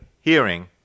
hearing